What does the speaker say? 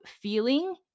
feeling